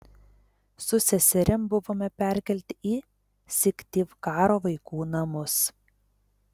su seserim buvome perkelti į syktyvkaro vaikų namus